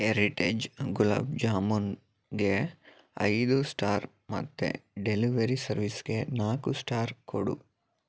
Heritage ಗುಲಾಬ್ ಜಾಮೂನ್ಗೆ ಐದು ಸ್ಟಾರ್ ಮತ್ತೆ ಡೆಲಿವರಿ ಸರ್ವಿಸ್ಗೆ ನಾಲ್ಕು ಸ್ಟಾರ್ ಕೊಡು